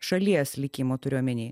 šalies likimo turiu omeny